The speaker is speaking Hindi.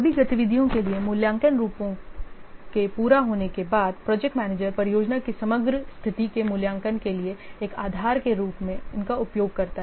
सभी गतिविधियों के लिए मूल्यांकन रूपों के पूरा होने के बाद प्रोजेक्ट मैनेजर परियोजना की समग्र स्थिति के मूल्यांकन के लिए एक आधार के रूप में इनका उपयोग करता है